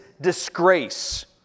disgrace